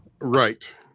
Right